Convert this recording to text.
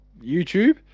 YouTube